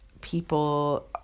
people